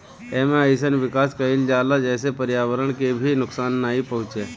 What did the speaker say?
एमे अइसन विकास कईल जाला जेसे पर्यावरण के भी नुकसान नाइ पहुंचे